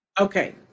okay